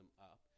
up